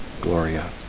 Gloria